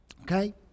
Okay